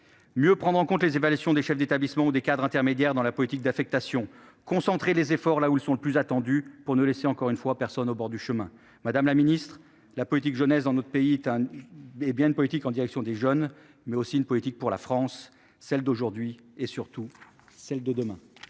mieux prendre en compte les évaluations des chefs d'établissement ou des cadres intermédiaires dans la politique d'affectation. Ainsi, on concentrera les efforts là où ils sont le plus attendus pour ne laisser, encore une fois, personne au bord du chemin. Madame la secrétaire d'État, la politique de la jeunesse dans notre pays est bien une politique en direction des jeunes, mais elle doit aussi être une politique pour la France : celle d'aujourd'hui et, surtout, celle de demain